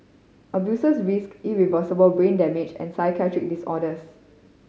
abusers risked irreversible brain damage and psychiatric disorders